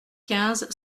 quinze